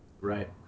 Right